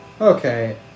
Okay